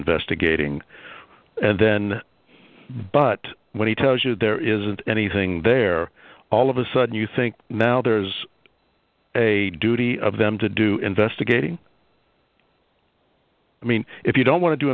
investigating and then but when he tells you there isn't anything there all of a sudden you think mouthers a duty of them to do investigating i mean if you don't want to do